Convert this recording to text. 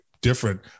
different